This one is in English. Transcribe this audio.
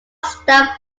staff